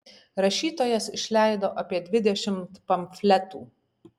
rašytojas išleido apie dvidešimt pamfletų